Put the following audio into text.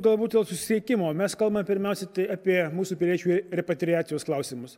galbūt dėl susisiekimo mes kalbame pirmiausia apie mūsų piliečių repatriacijos klausimus